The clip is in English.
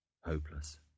hopeless